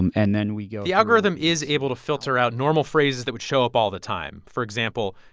and and then we go. the algorithm is able to filter out normal phrases that would show up all the time. for example,